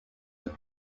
were